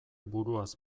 buruaz